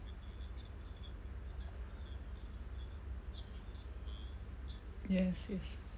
yes yes